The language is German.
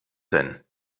denn